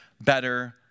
better